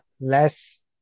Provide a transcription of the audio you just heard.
less